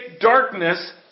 darkness